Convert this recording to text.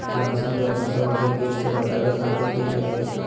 लहसुन के फसल के कीट से बचावे खातिर की करे के चाही?